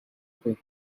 pay